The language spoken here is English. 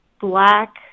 black